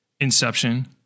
inception